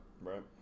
Right